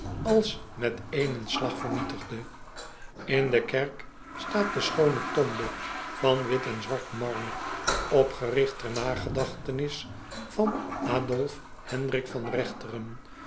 als met éénen slag vernietigde n de kerk staat de schoone tombe van wit en zwart marmer opgerigt ter nagedachtenis van dolfe endrik van echteren